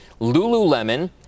Lululemon